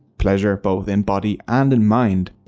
pleasure both in body and and mind.